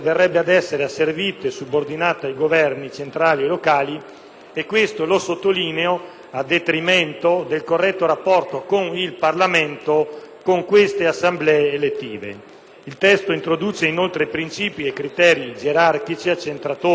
ciò, lo sottolineo, a detrimento del corretto rapporto con il Parlamento e con queste assemblee elettive. Il testo introduce, inoltre, principi e criteri gerarchici e accentratori, specie attraverso l'attribuzione al vertice dell'istituto